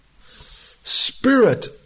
spirit